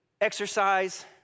exercise